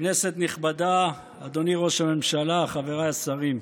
כנסת נכבדה, אדוני ראש הממשלה, חבריי השרים,